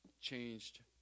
changed